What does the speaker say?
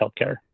Healthcare